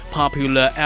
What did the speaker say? popular